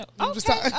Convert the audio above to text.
Okay